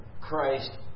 Christ